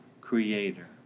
Creator